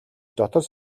дотор